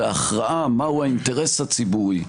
והכרעה מהו האינטרס הציבורי,